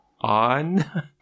On